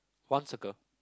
one circle